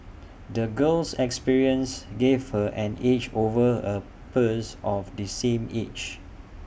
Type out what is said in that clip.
the girl's experiences gave her an edge over her peers of the same age